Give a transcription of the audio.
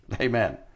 Amen